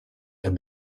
and